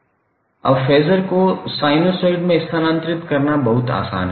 अब फेज़र को साइनसॉइड में स्थानांतरित करना बहुत आसान है